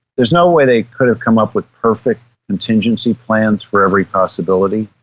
there is no way they could have come up with perfect contingency plans for every possibility.